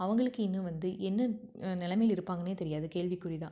அவங்களுக்கு இன்னும் வந்து என்ன நிலைமையில இருப்பாங்கன்னே தெரியாது கேள்விக்குறி தான்